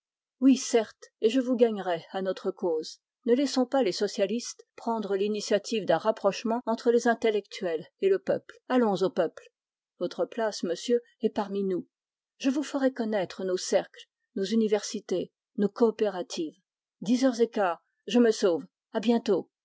à l'oriflamme ne laissons pas les socialistes prendre l'initiative d'un rapprochement entre les intellectuels et le peuple allons au peuple votre place monsieur est parmi nous je vous ferai connaître nos cercles nos universités nos coopératives